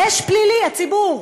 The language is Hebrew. של הציבור: